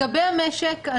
לגבי המשק,